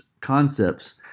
concepts